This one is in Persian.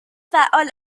فعال